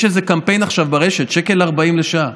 יש איזה קמפיין עכשיו ברשת: 1.40 שקל לשעה.